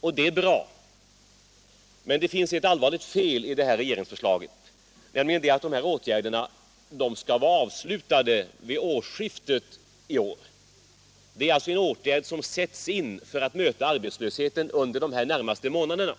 och det är bra. Men det finns ett allvarligt fel i regeringsförslaget, nämligen att åtgärderna skall vara avslutade vid årsskiftet i år. Det är alltså en åtgärd som sätts in för att möta arbetslösheten under de närmaste månaderna.